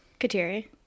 Kateri